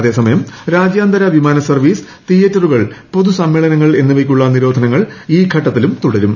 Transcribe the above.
അതേസമയം രാജ്യാന്തര വിമാനസർവ്വീസ് തീയേറ്ററുകൾ പൊതുസമ്മേളനങ്ങൾ എന്നിവയ്ക്കുള്ള നിരോധനങ്ങൾ ഈ ഘട്ടത്തിലും തുടരും